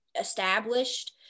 established